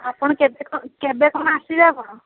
ଆପଣ କେବେ କ'ଣ କେବେ କ'ଣ ଆସିବେ ଆପଣ